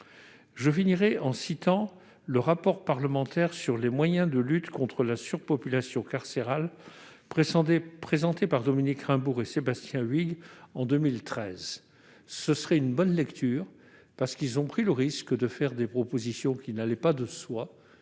Je finirai en mentionnant le rapport parlementaire d'information sur les moyens de lutte contre la surpopulation carcérale, présenté par Dominique Raimbourg et Sébastien Huyghe, en 2013. Ce serait une bonne lecture, car ses auteurs ont pris le risque de formuler des propositions qui n'allaient pas de soi,